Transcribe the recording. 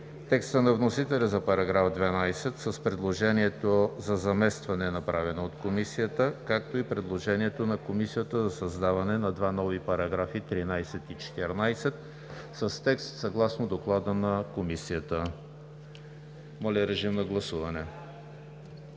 текста на вносителя за § 12, с предложението за заместване, направено от Комисията, както и предложението на Комисията за създаване на два нови параграфа 13 и 14, с текст съгласно Доклада на Комисията. Гласували